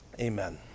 Amen